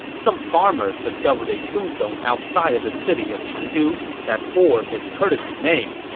some farmers discovered a tombstone outside of the city of chengdu that bore his courtesy name.